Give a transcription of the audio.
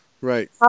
Right